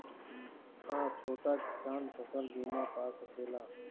हा छोटा किसान फसल बीमा पा सकेला?